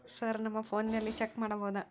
Sir ನಮ್ಮ ಫೋನಿನಲ್ಲಿ check ಮಾಡಬಹುದಾ?